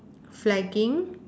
flagging